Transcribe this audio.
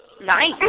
Nice